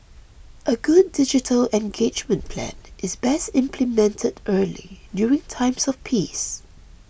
a good digital engagement plan is best implemented early during times of peace